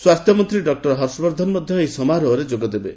ସ୍ୱାସ୍ଥ୍ୟମନ୍ତ୍ରୀ ଡକ୍ଟର ହର୍ଷବର୍ଦ୍ଧନ ମଧ୍ୟ ଏହି ସମାରୋହରେ ଯୋଗଦେବେ